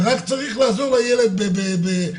ורק צריך לעזור לילד בפסיכולוגיה,